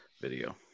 video